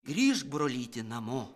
grįš brolyti namo